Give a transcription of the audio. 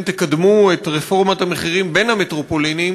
תקדמו את רפורמת המחירים בין המטרופולינים,